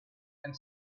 and